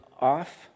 off